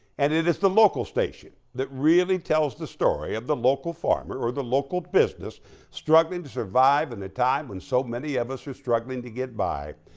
and it is the local station that really tells the story of the local farmer or the local business struggling to survive in the time when so many of us are struggling to get by.